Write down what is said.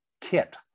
kit